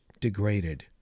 degraded